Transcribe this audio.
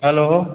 hello